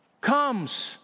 comes